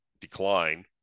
decline